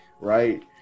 right